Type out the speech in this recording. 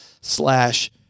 slash